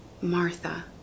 Martha